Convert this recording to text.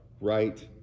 right